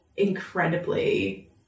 incredibly